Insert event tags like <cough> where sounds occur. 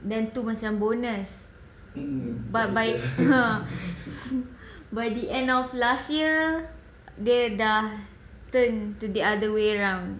then tu macam bonus but by <laughs> by the end of last year dia dah turn to the other way round